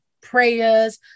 prayers